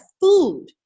food